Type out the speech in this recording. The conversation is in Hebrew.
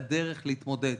הדרך להתמודד